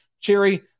cherry